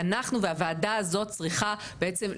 ואנחנו והוועדה הזאת צריכה בעצם לבדוק,